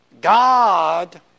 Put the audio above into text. God